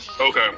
Okay